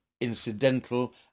incidental